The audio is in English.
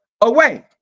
away